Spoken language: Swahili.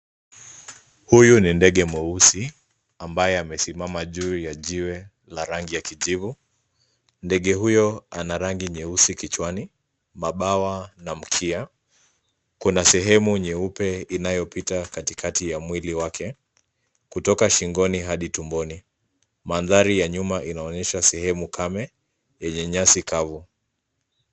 Huyu ni ndege mweusi ambaye amesimama juu ya jiwe la rangi ya kijivu. Ndege huyo ana rangi nyeusi kichwani, mabawa na mkia. Kuna sehemu nyeupe inayopita katikati ya mwili wake kutoka shingoni hadi tumboni. Mandhari ya nyuma inaonyesha sehemu kame yenye nyasi kavu.